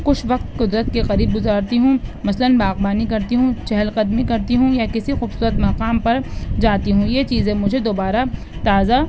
کچھ وقت قدرت کے قریب گزارتی ہوں مثلاً باغبانی کرتی ہوں چہل قدمی کرتی ہوں یا کسی خوبصورت مقام پر جاتی ہوں یہ چیزیں مجھے دوبارہ تازہ